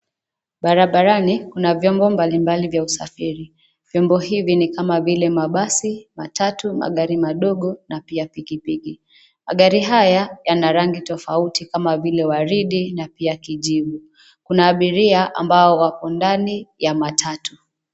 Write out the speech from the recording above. Barabani kuna vyombo mbalimbali vya usafiri, vyombo hivi ni kama vile mabasi, matatu, magari madogo na pia pikipiki, magari haya, yana rangi tofauti kama vile waridi na pia kijivu, kuna abiria ambao wako ndani ya matatu.